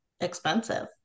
expensive